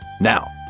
Now